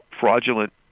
fraudulent